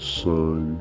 sun